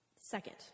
second